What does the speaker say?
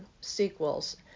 sequels